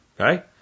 Okay